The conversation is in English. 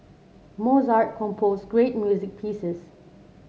Mozart composed great music pieces